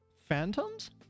Phantoms